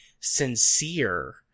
sincere